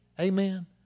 Amen